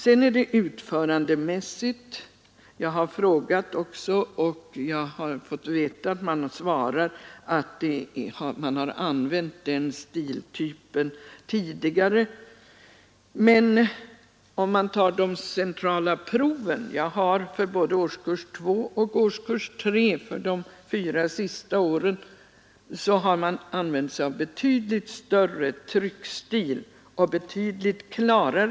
Jag har också frågat om det typografiska utförandet, och jag får veta att man har använt samma stiltyp tidigare. Men i de centrala proven — jag har sådana för både årskurs 2 och årskurs 3 de fyra senaste åren — har man använt betydligt större och klarare tryckstil.